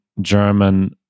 german